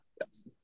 Yes